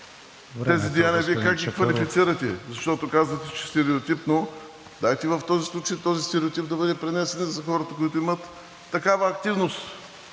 …тези деяния, Вие как ги квалифицирате? Защото казвате, че стереотипно… Дайте в този случай този стереотип да бъде пренесен и за хората, които имат такава активност.